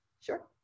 Sure